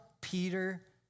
Peter